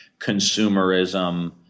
Consumerism